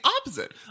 opposite